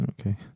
Okay